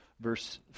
verse